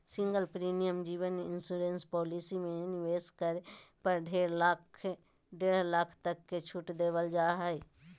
single premium जीवन insurance policy में निवेश करे पर डेढ़ लाख तक के छूट देल जा हइ